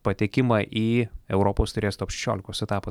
patekimą į europos tairės top šešiolikos etapą